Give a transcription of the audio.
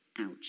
Ouch